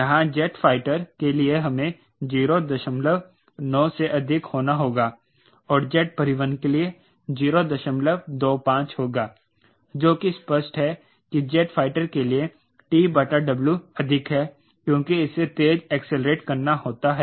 यहाँ jet fighter के लिए इसे 09 से अधिक होना होगा और जेट परिवहन के लिए 025 होगा जो कि स्पष्ट है कि जेट फाइटर के लिए TW अधिक है क्योंकि इसे तेज़ एक्सेलेरेट करना होता है